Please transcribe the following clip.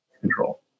control